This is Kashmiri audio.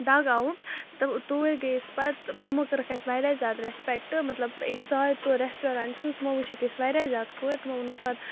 ڈَگ آوُٹ تہٕ توٗرۍ گٔے أسۍ پَتہٕ تِمو کٔرٕکھ اَسہِ واریاہ زیادٕ رٮ۪سپٮ۪کٹ مطلب أسۍ ژاے تور رٮ۪سٹورَنٛٹسہٕ تِمو وٕچھِکھ أسۍ واریاہ زیادٕ کورِ تِمو ووٚنُکھ پَتہٕ